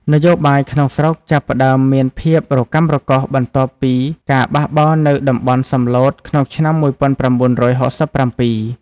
នយោបាយក្នុងស្រុកចាប់ផ្តើមមានភាពរកាំរកូសបន្ទាប់ពីការបះបោរនៅតំបន់សំឡូតក្នុងឆ្នាំ ១៩៦៧។